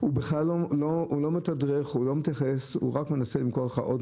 ואני רוצה לשאול אותך,